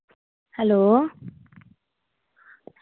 hello